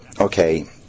okay